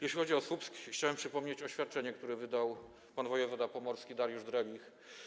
Jeśli chodzi o Słupsk, chciałem przypomnieć oświadczenie, które wydał wojewoda pomorski pan Dariusz Drelich.